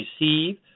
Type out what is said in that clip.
receive